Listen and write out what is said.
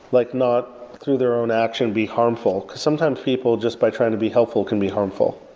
like not through their own action be harmful? because sometimes people, just by trying to be helpful, can be harmful.